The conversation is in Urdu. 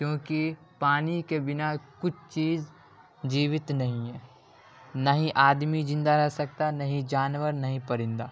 کیونکہ پانی کے بنا کچھ چیز جیوت نہیں ہے نہ ہی آدمی زندہ رہ سکتا ہے نہ ہی جانور نہ ہی پرندہ